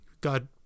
God